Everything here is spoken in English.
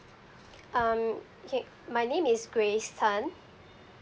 um okay my name is grace tan